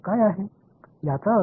மாணவர் சமம்